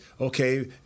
okay